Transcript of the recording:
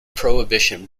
prohibition